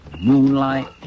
moonlight